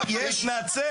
אתה חצוף.